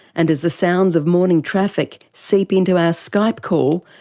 and as the sounds of morning traffic seep into our skype call,